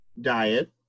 diet